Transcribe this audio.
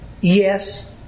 yes